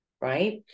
Right